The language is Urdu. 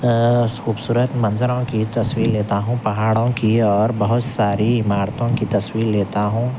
خوبصورت منظروں کی تصویر لیتا ہوں پہاڑوں کی اور بہت ساری عمارتوں کی تصویر لیتا ہوں